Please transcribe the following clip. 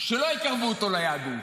שלא יקרבו אותו ליהדות.